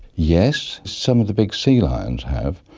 yes, some of the big sea lions have.